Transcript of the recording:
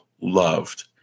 loved